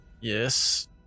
Yes